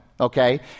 okay